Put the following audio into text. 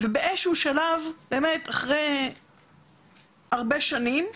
באיזשהו שלב, אחרי הרבה שנים,